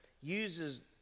uses